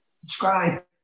Subscribe